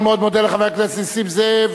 אני מאוד מודה לחבר הכנסת נסים זאב.